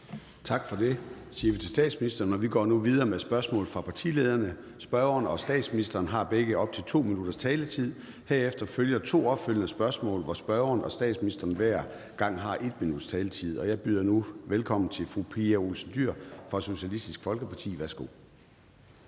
Gade): Vi siger tak til statsministeren, og vi går nu videre til spørgsmål fra partilederne. Spørgeren og statsministeren har begge op til 2 minutters taletid i første omgang. Herefter følger to opfølgende spørgsmål, hvor spørgeren og statsministeren hver gang har 1 minuts taletid. Jeg byder nu velkommen til fru Pia Olsen Dyhr fra Socialistisk Folkeparti. Værsgo.